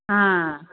हां